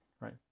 right